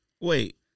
Wait